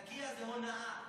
תאקיה זו הונאה,